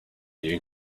you